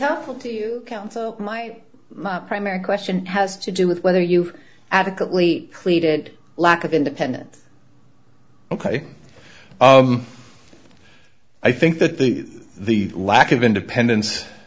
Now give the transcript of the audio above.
helpful to you counsel my primary question has to do with whether you adequately pleaded lack of independence ok i think that the the lack of independence